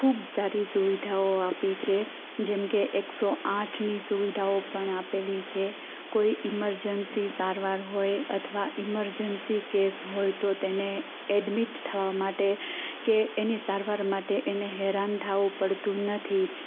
ખૂબ સારી સુવિધાઓ આપી છે જેમકે એકસો આઠની સુવિધાઓ પણ આપેલી છે કોઈ ઇમરજન્સી સારવાર હોય અથવા ઇમરજન્સી કેસ હોય તો તેને એડમિટ થવા માટે કે એની સારવાર માટે એને હેરાન થવું પડતું નથી